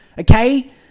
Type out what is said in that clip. Okay